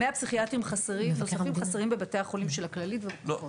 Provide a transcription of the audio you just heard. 100 פסיכיאטרים נוספים חסרים בבתי החולים של הכללית ובקופות.